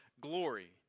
glory